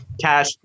cash